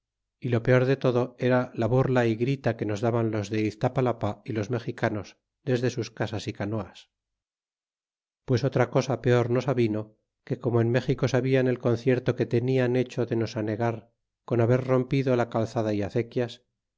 y lo peor de todo era la burla y grita que nos daban los de iztapalapa y los mexicanos desde sus casas y canoas pues otra cosa peor nos avino que como en méxico sabian el concierto que tenian hecho de nos anegar con haber ro lapido la calzada y acequias